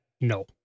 no